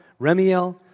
Remiel